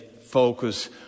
focus